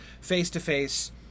face-to-face